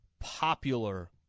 popular